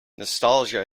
nostalgia